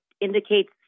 indicates